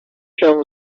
fell